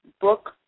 book